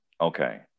Okay